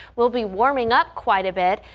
we'll be warming up quite a bit.